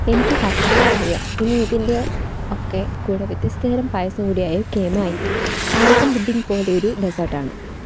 എനിക്ക് കാത്തിരിക്കാൻ വയ്യ ഇനി ഇതിൻ്റെ ഒക്കെ കൂടെ വ്യത്യസ്തതരം പായസം കൂടിയായാൽ കേമമായി പായസം പുഡ്ഡിംഗ് പോലെയൊരു ഡെസ്സേർട്ട് ആണ്